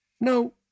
no